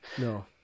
No